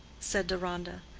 said deronda.